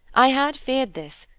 i had feared this,